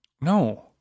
No